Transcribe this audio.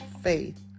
faith